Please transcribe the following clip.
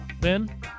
Ben